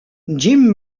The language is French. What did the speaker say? jim